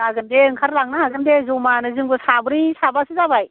जागोन दे ओंखार लांनो हागोन दे जमानो जोंबो साब्रै साबासो जाबाय